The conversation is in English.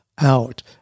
out